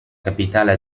capitale